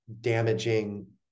damaging